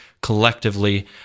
collectively